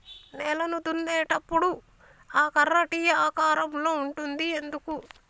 నేలను దున్నేటప్పుడు ఆ కర్ర టీ ఆకారం లో ఉంటది ఎందుకు?